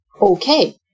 Okay